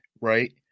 right